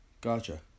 Gotcha